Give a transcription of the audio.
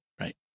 right